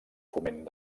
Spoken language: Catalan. foment